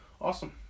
Awesome